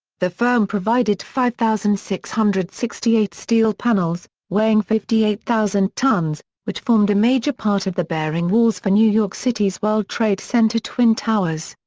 the firm provided five thousand six hundred and sixty eight steel panels, weighing fifty eight thousand tons, which formed a major part of the bearing walls for new york city's world trade center twin towers.